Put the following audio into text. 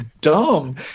dumb